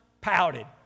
pouted